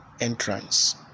entrance